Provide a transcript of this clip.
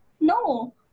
No